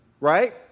right